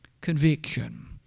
Conviction